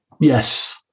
Yes